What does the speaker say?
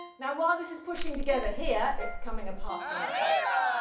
now, while this is pushing together here, it's coming apart somewhere else.